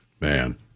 Man